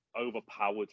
overpowered